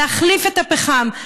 להחליף את הפחם,